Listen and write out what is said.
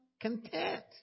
content